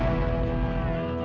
so